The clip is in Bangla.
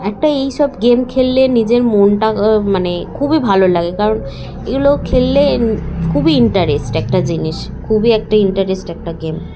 একটা এই সব গেম খেললে নিজের মনটা মানে খুবই ভালো লাগে কারণ এগুলো খেললে খুবই ইন্টারেস্ট একটা জিনিস খুবই একটা ইন্টারেস্ট একটা গেম